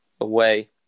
away